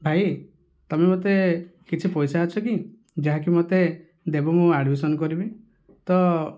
ଭାଇ ତୁମେ ମୋତେ କିଛି ପଇସା ଅଛି କି ଯାହା କି ମୋତେ ଦେବ ମୁଁ ଆଡ଼ମିସନ କରିବି ତ